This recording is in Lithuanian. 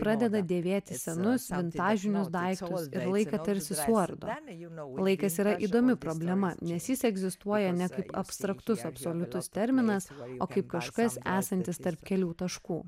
pradeda dėvėti senus vintažinius daiktus ir laiką tarsi suardo laikas yra įdomi problema nes jis egzistuoja ne kaip abstraktus absoliutus terminas o kaip kažkas esantis tarp kelių taškų